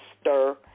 stir